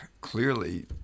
clearly